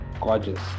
gorgeous